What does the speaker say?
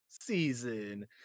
season